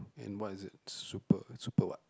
and what is it super super what